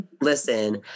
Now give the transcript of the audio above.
listen